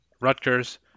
Rutgers